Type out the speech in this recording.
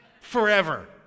forever